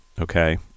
Okay